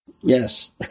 yes